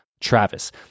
Travis